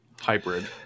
hybrid